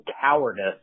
cowardice